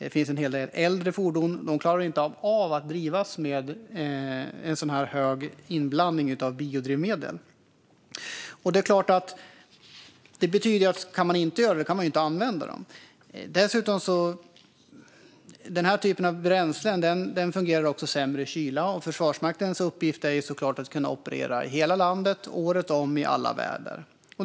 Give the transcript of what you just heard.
Det finns en hel del äldre fordon, och de klarar inte av att drivas med en så här hög inblandning av biodrivmedel. Det betyder att om man inte kan blanda in biodrivmedel kan man heller inte använda fordonen. Den här typen av bränslen fungerar dessutom sämre i kyla, och Försvarsmaktens uppgift är såklart att kunna operera i hela landet, året om och i alla väder.